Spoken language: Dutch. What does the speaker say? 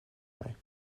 mij